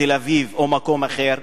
בתל-אביב או במקום אחר,